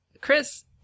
Chris